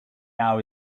now